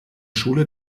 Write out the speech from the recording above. schule